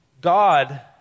God